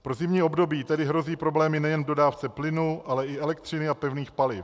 Pro zimní období tedy hrozí problémy nejen v dodávce plynu, ale i elektřiny a pevných paliv.